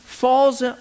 Falls